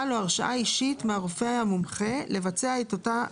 לו הרשאה אישית מהרופא המומחה לבצע את אותה פעולה,